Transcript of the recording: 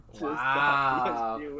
Wow